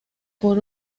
por